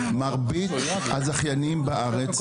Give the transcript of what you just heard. מרבית הזכיינים בארץ: